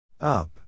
Up